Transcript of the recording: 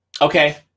Okay